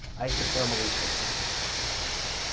isothermally compressed okay.